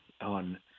on